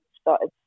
started